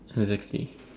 exactly